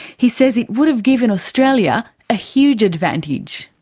he says it would have given australia a huge advantage.